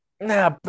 Nah